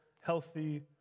healthy